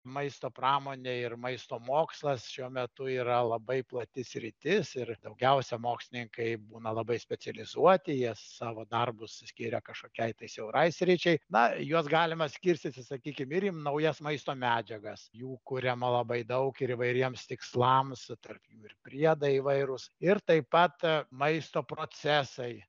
maisto pramonė ir maisto mokslas šiuo metu yra labai plati sritis ir daugiausia mokslininkai būna labai specializuoti jie savo darbus skiria kažkokiai tai siaurai sričiai na juos galima skirstyti sakykim ir į naujas maisto medžiagas jų kuriama labai daug ir įvairiems tikslams tarp jų ir priedai įvairūs ir taip pat maisto procesai